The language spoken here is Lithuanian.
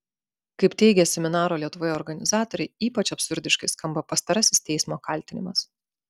kaip teigė seminaro lietuvoje organizatoriai ypač absurdiškai skamba pastarasis teismo kaltinimas